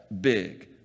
big